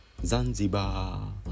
Zanzibar